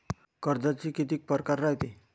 कर्जाचे कितीक परकार रायते?